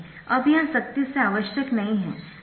अब यह सख्ती से आवश्यक नहीं है